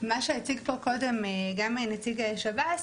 מה שהציג פה קודם גם נציג שב"ס,